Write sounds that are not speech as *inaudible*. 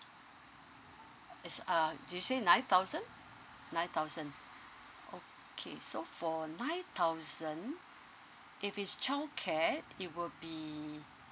*noise* is uh did you say nine thousand nine thousand okay so for nine thousand if is childcare it will be